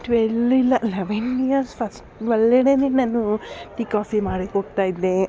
twelve ಇಲ್ಲ eleven years first ಒಲ್ಲಡೆನೇ ನಾನು ಟೀ ಕಾಫಿ ಮಾಡಕ್ಕೆ ಹೋಗ್ತಾ ಇದ್ದೆ